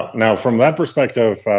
now, from that perspective,